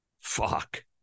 Fuck